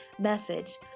message